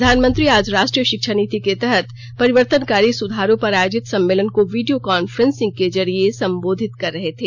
प्रधानमंत्री आज राष्ट्रीय शिक्षा नीति के तहत परिवर्तनकारी सुधारों पर आयोजित सम्मेलन को विडियो कांफ्रेंसिंग के जरिये संबोधित कर रहे थे